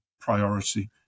priority